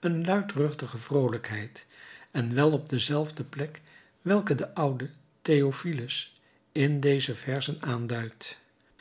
een luidruchtige vroolijkheid en wel op dezelfde plek welke de oude theophilus in deze twee verzen aanduidt